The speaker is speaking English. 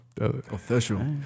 Official